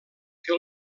que